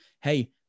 hey